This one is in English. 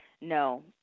No